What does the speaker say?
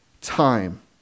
time